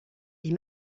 est